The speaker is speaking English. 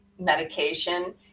medication